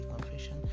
confession